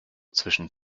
zwischen